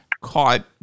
caught